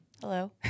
Hello